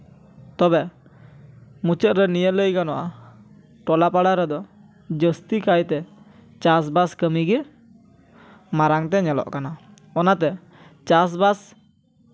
ᱛᱚᱵᱮ ᱢᱚᱪᱟᱹᱫ ᱨᱮ ᱱᱤᱭᱟᱹ ᱞᱟᱹᱭ ᱜᱟᱱᱚᱜᱼᱟ ᱴᱚᱞᱟ ᱯᱟᱲᱟ ᱨᱮᱫᱚ ᱡᱟᱹᱥᱛᱤ ᱠᱟᱭᱛᱮ ᱪᱟᱥᱵᱟᱥ ᱠᱟᱹᱢᱤᱜᱮ ᱢᱟᱨᱟᱝ ᱛᱮ ᱧᱮᱞᱚᱜ ᱠᱟᱱᱟ ᱚᱱᱟᱛᱮ ᱪᱟᱥᱵᱟᱥ